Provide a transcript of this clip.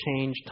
change